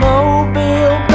Mobile